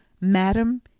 Madam